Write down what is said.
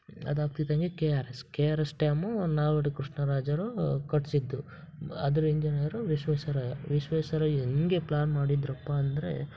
ಅದಾಗ್ತಿದ್ದಂಗೆ K R S K R S dam Nalvadi ಕೃಷ್ಣರಾಜರು ಕಟ್ಟಿಸಿದ್ದು ಅದರ ಇಂಜಿನಿಯರು ವಿಶ್ವೇಶ್ವರಯ್ಯ ವಿಶ್ವೇಶ್ವರಯ್ಯ ಹೆಂಗೆ ಪ್ಲಾನ್ ಮಾಡಿದ್ದರಪ್ಪ ಅಂದರೆ